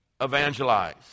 evangelize